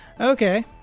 Okay